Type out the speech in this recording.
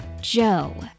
Joe